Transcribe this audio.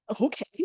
Okay